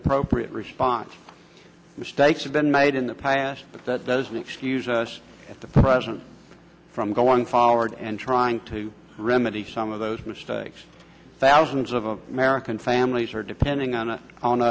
appropriate response mistakes have been made in the past but that doesn't excuse us at the present from going forward and trying to remedy some of those mistakes thousands of american families are depending on